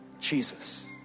Jesus